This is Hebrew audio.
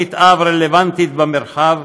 תוכנית אב רלוונטית במרחב,